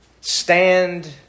stand